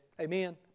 Amen